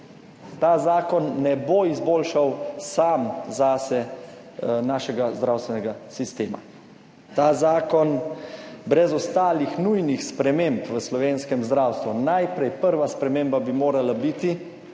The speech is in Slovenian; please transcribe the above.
Ta zakon sam ne bo izboljšal našega zdravstvenega sistema. Ta zakon brez ostalih nujnih sprememb v slovenskem zdravstvu - najprej bi prva sprememba morala biti,